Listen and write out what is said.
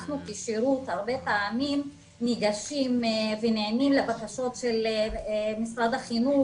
אנחנו כשירות הרבה פעמים ניגשים ונענים לבקשות של משרד החינוך,